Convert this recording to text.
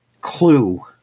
clue